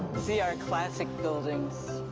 see our classic buildings.